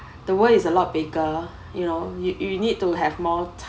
the world is a lot bigger you know you you need to have more t~